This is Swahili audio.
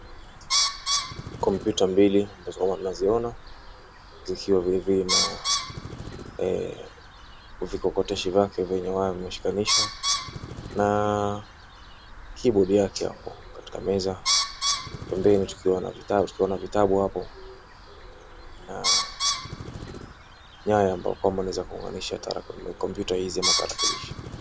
Kompyuta mbili, ambazo huwa tunaziona, zikiwa hivi na vikokoteshi vyake venye waya vimeshikanishwa na keyboard yake hapo katika meza pembeni tukiwa na vitabu hapa na nyaya ambao unaweza funganisha kompyuta hizi ama tarakilishi.